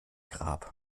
grab